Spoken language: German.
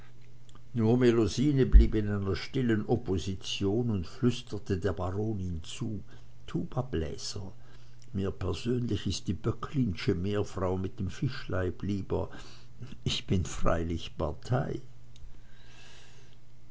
melusine blieb in einer stillen opposition und flüsterte der baronin zu tubabläser mir persönlich ist die böcklinsche meerfrau mit dem fischleib lieber ich bin freilich partei